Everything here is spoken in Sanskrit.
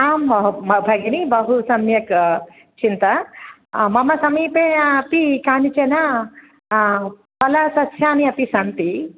आं भगिनी बहु सम्यक् चिन्ता मम समीपे अपि कानिचन फलसस्यानि अपि सन्ति